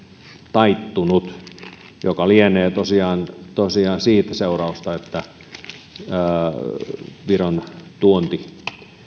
taittunut joka lienee tosiaan tosiaan siitä seurausta että viron tuonti